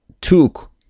took